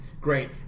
great